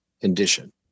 condition